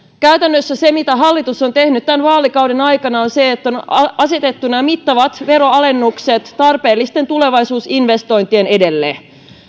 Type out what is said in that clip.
käytännössä se mitä hallitus on tehnyt tämän vaalikauden aikana on se että on asetettu nämä mittavat veronalennukset tarpeellisten tulevaisuusinvestointien edelle